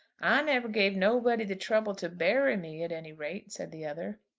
i never gave nobody the trouble to bury me at any rate, said the other.